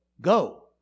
go